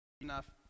enough